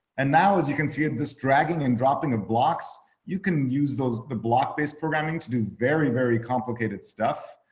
and now as you can see this dragging and dropping of blocks, you can use those the block based programming to do very very complicated stuff.